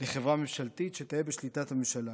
לחברה ממשלתית שתהיה בשליטת הממשלה,